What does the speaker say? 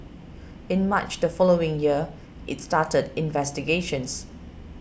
in March the following year it started investigations